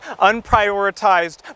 unprioritized